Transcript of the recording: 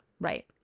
Right